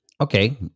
Okay